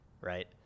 right